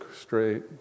straight